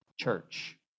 church